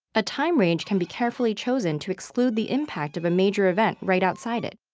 a time range can be carefully chosen to exclude the impact of a major event right outside it.